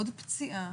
עוד פציעה,